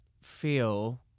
feel